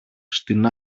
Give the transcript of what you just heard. στην